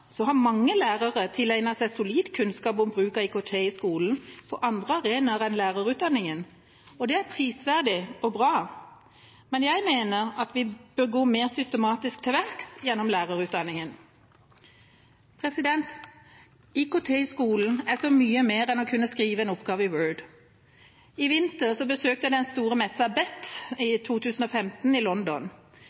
har mange lærere tilegnet seg solid kunnskap om bruk av IKT i skolen på andre arenaer enn i lærerutdanningen, og det er prisverdig og bra, men jeg mener at vi bør gå mer systematisk til verks gjennom lærerutdanningen. IKT i skolen er så mye mer enn å kunne skrive en oppgave i Word. I vinter besøkte jeg den store messen BETT 2015 i London.